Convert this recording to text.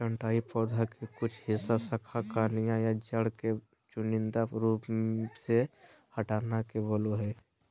छंटाई पौधा के कुछ हिस्सा, शाखा, कलियां या जड़ के चुनिंदा रूप से हटाना के बोलो हइ